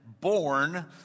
born